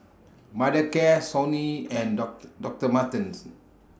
Mothercare Sony and Doctor Doctor Martens